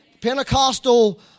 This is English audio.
Pentecostal